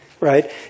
right